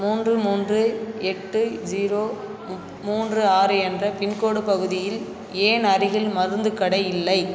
மூன்று மூன்று எட்டு ஜீரோ மூன்று ஆறு என்ற பின்கோடு பகுதியில் ஏன் அருகில் மருந்துக் கடை இல்லை